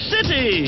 City